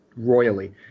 royally